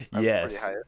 Yes